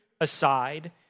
aside